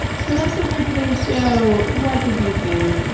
so that's it for today's show. what did you think?